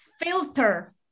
filter